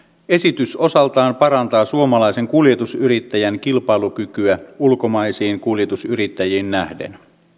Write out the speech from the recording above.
esitys osaltaan parantaa suomalaisen kuljetusyrittäjän kilpailukykyä ulkomaisiin kuljetusyrittäjiin nähden